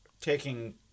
taking